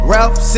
Ralph